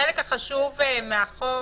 חלק חשוב מהחוק